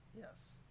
yes